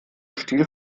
stil